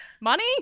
Money